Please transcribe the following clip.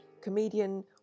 comedian